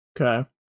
Okay